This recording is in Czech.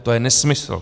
To je nesmysl.